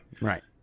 Right